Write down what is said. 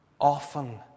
often